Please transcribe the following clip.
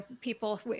People